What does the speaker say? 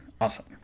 awesome